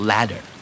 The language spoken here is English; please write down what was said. Ladder